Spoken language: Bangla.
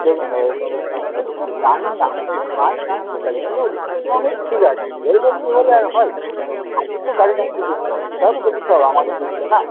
দেখুন দাদা একটু একটু আপনি নামুন খান দান ঠিক আছে কিন্তু দশ পনেরো মিনিট ঠিক আছে এর বেশি হলে আর হয় আমাদের তো গাড়ি নিয়ে অনেক দূর যেতে হবে সেটাও তো দেখতে হবে আমাদের দিকটা না